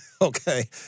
Okay